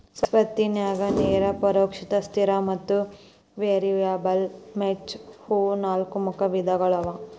ಸ್ವತ್ತಿನ್ಯಾಗ ನೇರ ಪರೋಕ್ಷ ಸ್ಥಿರ ಮತ್ತ ವೇರಿಯಬಲ್ ವೆಚ್ಚ ಇವು ನಾಲ್ಕು ಮುಖ್ಯ ವಿಧಗಳವ